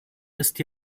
ist